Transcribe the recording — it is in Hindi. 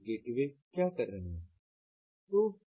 तो ये गेटवे क्या कर रहे हैं